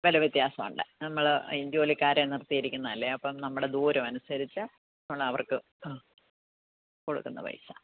വില വ്യത്യാസം ഉണ്ട് നമ്മൾ ജോലിക്കാരെ നിർത്തിയിരിക്കുന്നല്ലേ അപ്പം നമ്മുടെ ദൂരം അനുസരിച്ച് ഉള്ള അവർക്ക് കൊടുക്കുന്ന പൈസ